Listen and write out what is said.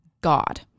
God